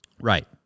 Right